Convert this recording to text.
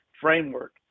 framework